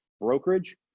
brokerage